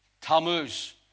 Tammuz